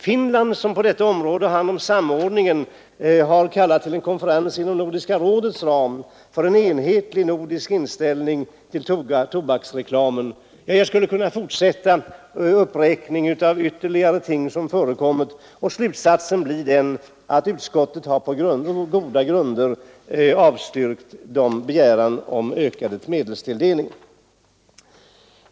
Finland, som på detta område har hand om samordningen, har kallat till en konferens inom Nordiska rådets ram för en enhetlig nordisk inställning till tobaksreklamen. Jag skulle kunna fortsätta uppräkningen av ting som förekommit, och slutsatsen blir den att utskottet på goda grunder har avstyrkt den begäran som gjorts om ökad medelstilldelning.